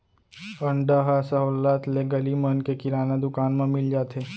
अंडा ह सहोल्लत ले गली मन के किराना दुकान म मिल जाथे